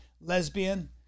lesbian